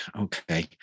okay